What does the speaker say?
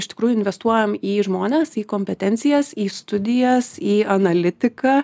iš tikrųjų investuojam į žmones į kompetencijas į studijas į analitiką